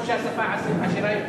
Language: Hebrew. אף-על-פי שהשפה עשירה יותר.